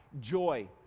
joy